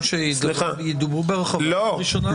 היה סיכום שידוברו בהרחבה אחרי הקריאה הראשונה,